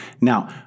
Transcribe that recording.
Now